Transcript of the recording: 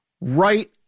right